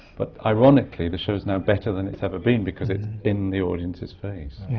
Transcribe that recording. but ironically, the show's now better than it's ever been, because it's in the audience's face. yeah.